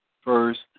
first